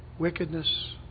Wickedness